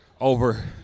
over